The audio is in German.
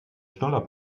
schnuller